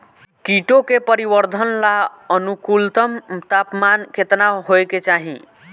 कीटो के परिवरर्धन ला अनुकूलतम तापमान केतना होए के चाही?